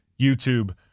YouTube